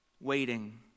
waiting